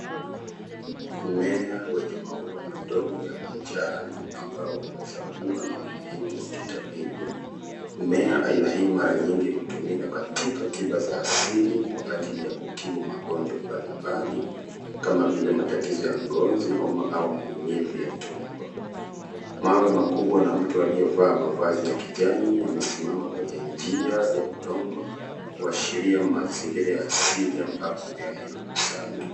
Mmea wenye maua madogo ya manjano ambao unaweza kuwa na umuhimu wa kitabibu. Mmea aina hii mara nyingi hutumika katika tiba za asili kwa ajili ya kutibu magonjwa mbalimbali kama vile matatizo ya ngozi, homa au maumivu ya tumbo. Mawe makubwa na mtu aliyevaa mavazi ya kijani yamesimama kwenye njia ya udongo kuashiria mazingira asili ambapo mimea hii hukusanywa.